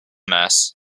mass